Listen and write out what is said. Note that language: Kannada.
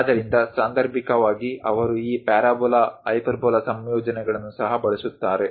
ಆದ್ದರಿಂದ ಸಾಂದರ್ಭಿಕವಾಗಿ ಅವರು ಈ ಪ್ಯಾರಾಬೋಲಾ ಹೈಪರ್ಬೋಲಾ ಸಂಯೋಜನೆಗಳನ್ನು ಸಹ ಬಳಸುತ್ತಾರೆ